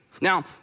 Now